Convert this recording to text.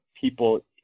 people